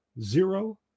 zero